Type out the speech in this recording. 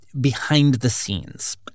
behind-the-scenes